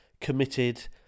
committed